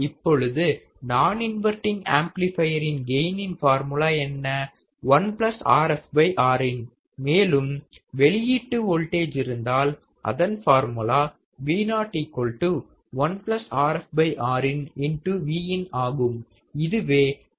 இப்பொழுது நான் இன்வர்டிங் ஆம்ப்ளிபையரின் கெயினின் ஃபார்முலா என்ன 1 RfRin மேலும் வெளியீட்டு வோல்டேஜ் இருந்தால் அதன் ஃபார்முலா Vo 1 RfRin Vin ஆகும்